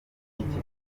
politike